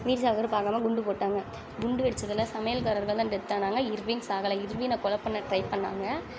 வீர சாவர்க்கரை பார்க்காம குண்டு போட்டுட்டாங்கள் குண்டு வெடிச்சதில் சமையல்காரர்கள் தான் டெத் ஆனாங்கள் இர்வின் சாகலை இர்வின கொலை பண்ண ட்ரை பண்ணாங்கள்